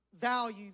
value